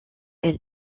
elle